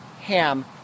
Ham